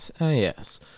Yes